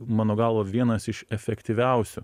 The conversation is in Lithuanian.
mano galva vienas iš efektyviausių